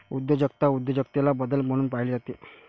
उद्योजकता उद्योजकतेला बदल म्हणून पाहिले जाते